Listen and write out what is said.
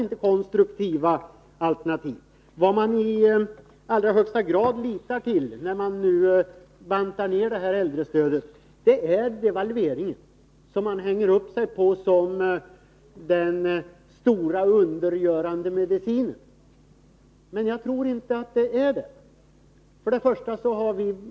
Vad regeringen i allra högsta grad litar till när nu äldrestödet skall bantas ner är devalveringen — det är som om den vore den stora undergörande medicinen. Jag tror inte att den är det.